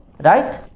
right